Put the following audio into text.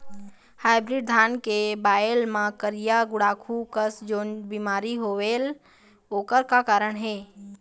Hybrid धान के बायेल मां करिया गुड़ाखू कस जोन बीमारी होएल ओकर का कारण हे?